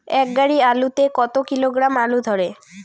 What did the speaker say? এক গাড়ি আলু তে কত কিলোগ্রাম আলু ধরে?